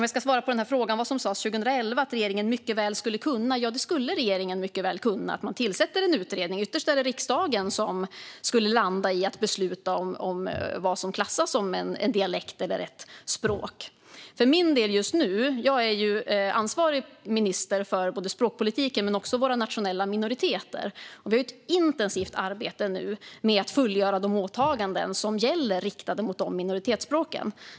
Jag ska svara på frågan om vad som sas 2011, när det gäller att regeringen mycket väl skulle kunna utreda. Ja, regeringen skulle mycket väl kunna tillsätta en utredning, men ytterst är det riksdagen som skulle landa i att besluta om vad som klassas som en dialekt eller ett språk. För min del, just nu, som ansvarig minister för både språkpolitiken och våra nationella minoriteter, vill jag säga att vi har ett intensivt arbete med att fullgöra de åtaganden som gäller och som riktas mot minoritetsspråken.